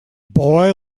boy